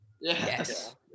Yes